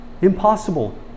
impossible